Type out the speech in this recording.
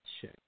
check